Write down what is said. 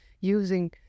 using